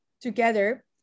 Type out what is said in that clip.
together